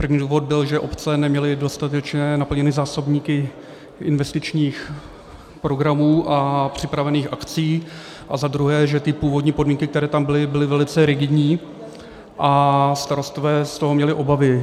První důvod byl, že obce neměly dostatečně naplněny zásobníky investičních programů a připravených akcí, a zadruhé, že ty původní podmínky, které tam byly, byly velice rigidní a starostové z toho měli obavy.